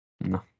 no